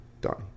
Donnie